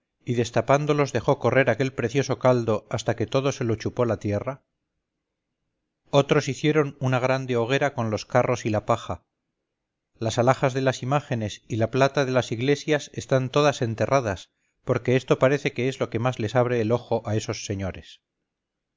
y destapándolos dejó correr aquel precioso caldo hasta que todo se lo chupó la tierra otros hicieron una grande hoguera con los carros y la paja las alhajas de las imágenes y la plata de las iglesias están todas enterradas porque esto parece que es lo que más les abre el ojo a esos señores